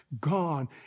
gone